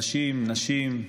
אנשים, נשים,